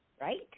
right